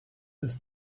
this